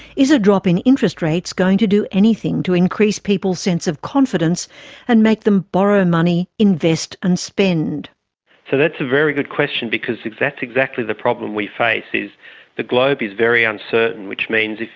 is a drop in interest rates going to do anything to increase people's sense of confidence and make them borrow money, invest and spend? so that's a very good question because that's exactly the problem we face, is the globe is very uncertain, which means,